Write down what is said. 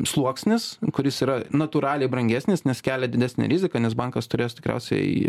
sluoksnis kuris yra natūraliai brangesnis nes kelia didesnę riziką nes bankas turės tikriausiai